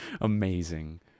Amazing